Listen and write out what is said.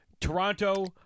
Toronto